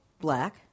Black